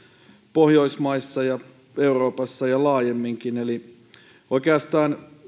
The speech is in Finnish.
pohjoismaissa ja euroopassa ja laajemminkin oikeastaan